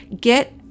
get